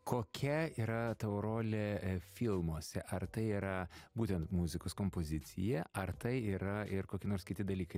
kokia yra tavo rolė filmuose ar tai yra būtent muzikos kompozicija ar tai yra ir kokie nors kiti dalykai